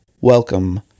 welcome